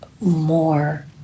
more